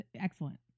excellent